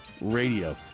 radio